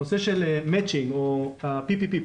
הנושא של מצ'ינג או ה-PPP,